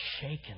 shaken